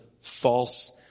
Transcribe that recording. false